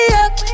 up